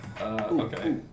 Okay